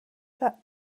that